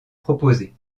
proposé